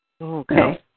Okay